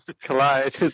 collide